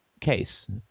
case